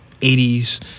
80's